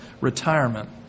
retirement